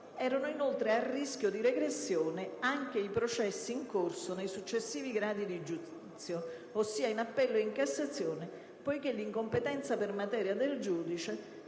Erano, inoltre, a rischio di regressione anche i processi in corso nei successivi gradi di giudizio, ossia in appello o in Cassazione, poiché l'incompetenza per materia del giudice